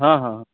हॅं हॅं